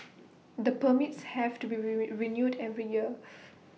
the permits have to be renewed every year